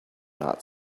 not